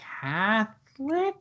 catholic